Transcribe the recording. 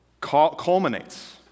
culminates